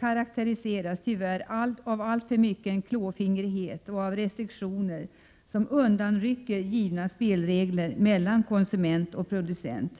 karakteriseras tyvärr av alltför mycken klåfingrighet och av restriktioner som undanrycker givna spelregler mellan konsument och producent.